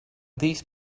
these